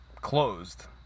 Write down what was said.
closed